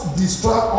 destroy